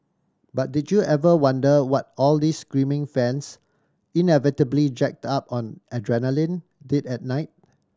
but did you ever wonder what all these screaming fans inevitably jacked up on adrenaline did at night